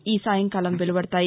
ఈ సాయంకాలం వెలువడతాయి